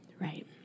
Right